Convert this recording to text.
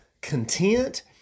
content